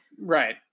Right